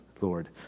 Lord